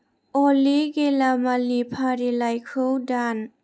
अलि गेलामालनि फारिलाइखौ दान